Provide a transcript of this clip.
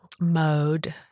mode